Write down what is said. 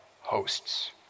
hosts